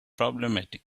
problematic